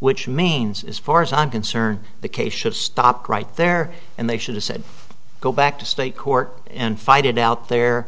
which means as far as i'm concerned the case should stop right there and they should have said go back to state court and fight it out there